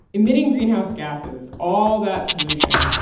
emitting greenhouse gases, all that pollution,